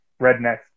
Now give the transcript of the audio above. rednecks